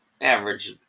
average